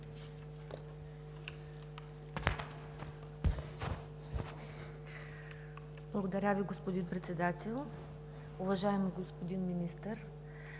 Благодаря Ви, господин Председател. Уважаеми господин Министър,